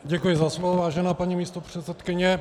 Děkuji za slovo, vážená paní místopředsedkyně.